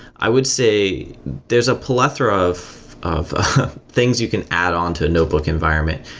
i would say there's a plethora of of things you can add on to a notebook environment.